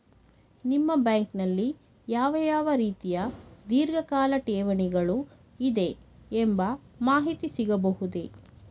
ನಿಮ್ಮ ಬ್ಯಾಂಕಿನಲ್ಲಿ ಯಾವ ಯಾವ ರೀತಿಯ ಧೀರ್ಘಕಾಲ ಠೇವಣಿಗಳು ಇದೆ ಎಂಬ ಮಾಹಿತಿ ಸಿಗಬಹುದೇ?